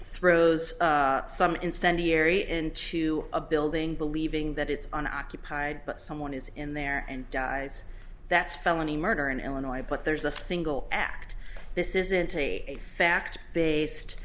throws some incendiary into a building believing that it's an occupied but someone is in there and dies that's felony murder in illinois but there's a single act this isn't a fact based